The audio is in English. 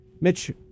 Mitch